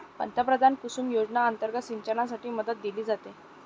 पंतप्रधान कुसुम योजना अंतर्गत सिंचनासाठी मदत दिली जात आहे